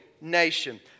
nation